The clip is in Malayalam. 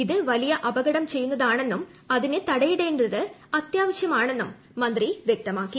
ഇത് വലിയ അപകടം ചെയ്യുന്നതാണെന്നും അതിനു തടയിടേണ്ടത് അത്യാവശ്യമാണെന്നും മന്ത്രി വ്യക്തമാക്കി